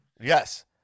Yes